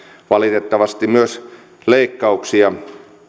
valitettavasti myös leikkauksia